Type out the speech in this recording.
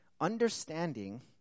Understanding